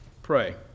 pray